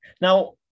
now